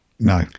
No